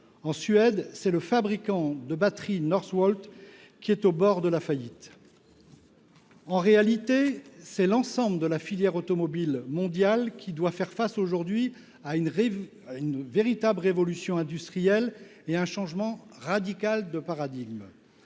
En Suède, c’est le fabricant de batteries Northvolt qui est au bord de la faillite. En réalité, c’est l’ensemble de la filière automobile mondiale qui doit faire face aujourd’hui à une véritable révolution industrielle et à un changement radical de paradigme.